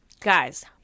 Guys